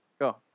Go